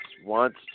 wants